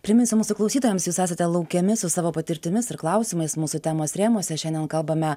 priminsiu mūsų klausytojams jūs esate laukiami su savo patirtimis ir klausimais mūsų temos rėmuose šiandien kalbame